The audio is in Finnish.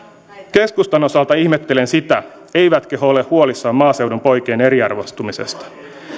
keskustan osalta ihmettelen sitä eivätkö he ole ole huolissaan maaseudun poikien eriarvoistumisesta